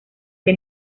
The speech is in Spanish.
que